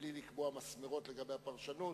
מבלי לקבוע מסמרות לגבי הפרשנות,